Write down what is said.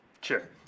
sure